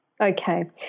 Okay